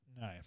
No